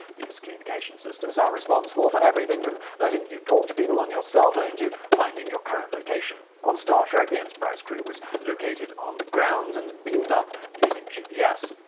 these communication systems are responsible for everything from letting you talk to people on your cell phone to finding your current location. on star trek, the enterprise crew was located on the ground and beamed up by using gps.